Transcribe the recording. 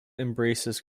embraces